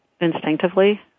instinctively